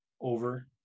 over